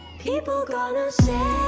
people gonna say